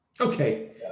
Okay